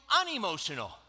unemotional